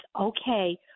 okay